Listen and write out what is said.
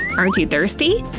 aren't you thirsty?